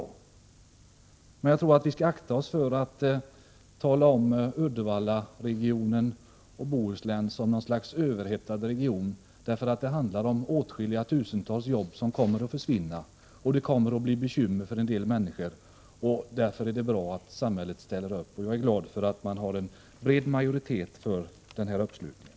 Jag tror emellertid att vi skall akta oss för att tala om Uddevalla, och om Bohuslän över huvud taget som något slags överhettad region. Det handlar om åtskilliga tusental jobb som kommer att försvinna, och det kommer att bli bekymmer för en del människor. Därför är det bra att samhället ställer upp. Jag är glad att en bred majoritet är för denna uppslutning.